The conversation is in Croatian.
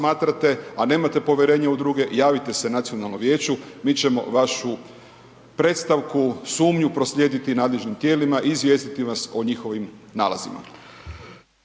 a nemate povjerenje u druge javite se nacionalnom vijeću, mi ćemo vašu predstavku, sumnju proslijediti nadležnim tijelima i izvijestiti vas o njihovim nalazima.